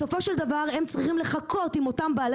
בסופו של דבר הם צריכים לחכות עם אותם בעלי